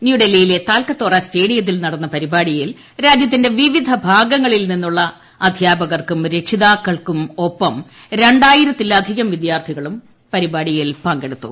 ന്യൂഡൽഹിയിലെ തൽക്കത്തോര സ്റ്റേഡിയത്തിൽ നടന്ന പരിപാടിയിൽ രാജ്യത്തിന്റെ വിവിധ ഭാഗങ്ങളിൽ നിന്നുള്ള അധ്യാപകർക്കും രക്ഷകർത്താക്കൾക്കുമൊപ്പം ായിരത്തിലധികം വിദ്യാർത്ഥികളും പരിപാടിയിൽ പങ്കെടുത്തു